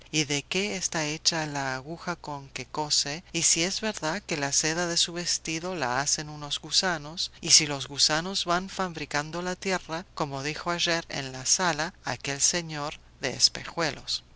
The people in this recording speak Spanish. y de qué está hecha la aguja con que cose y si es verdad que la seda de su vestido la hacen unos gusanos y si los gusanos van fabricando la tierra como dijo ayer en la sala aquel señor de espejuelos